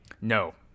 No